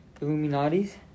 Illuminati's